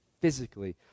physically